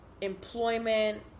employment